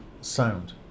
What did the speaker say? sound